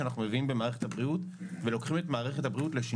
אנחנו מביאים במערכת הבריאות לשינוי דרמטי